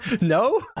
no